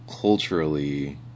culturally